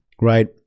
right